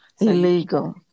Illegal